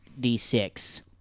d6